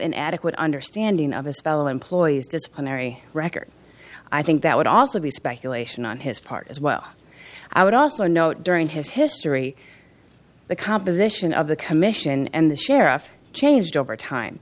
an adequate understanding of his fellow employees disciplinary record i think that would also be speculation on his part as well i would also note during his history the composition of the commission and the sheriff changed over time